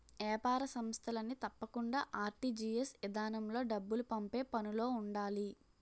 ఏపార సంస్థలన్నీ తప్పకుండా ఆర్.టి.జి.ఎస్ ఇదానంలో డబ్బులు పంపే పనులో ఉండాలి